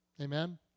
Amen